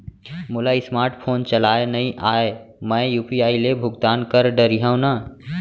मोला smart phone चलाए नई आए मैं यू.पी.आई ले भुगतान कर डरिहंव न?